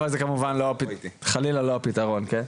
אבל זה כמובן חלילה לא הפתרון, כן?